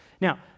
Now